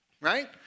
Right